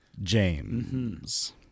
James